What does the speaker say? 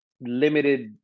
limited